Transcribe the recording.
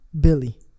Billy